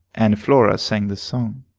and flora sang the song,